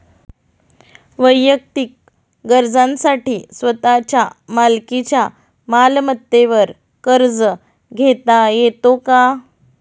वैयक्तिक गरजांसाठी स्वतःच्या मालकीच्या मालमत्तेवर कर्ज घेता येतो का?